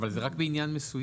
אבל זה רק בעניין מסוים.